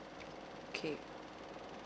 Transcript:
okay